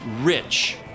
rich